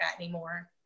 anymore